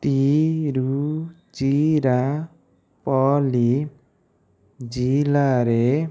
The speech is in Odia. ତିରୁଚିରାପଲି ଜିଲ୍ଲାରେ